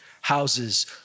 houses